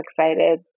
excited